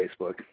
Facebook